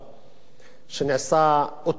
אותרו הבעיות